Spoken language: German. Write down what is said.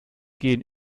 gehen